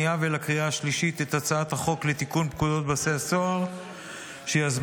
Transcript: את הצעת החוק לתיקון פקודת בתי הסוהר שיזמה